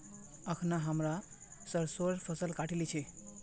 अखना हमरा सरसोंर फसल काटील छि